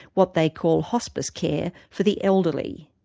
what they call hospice care for the elderly.